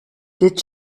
did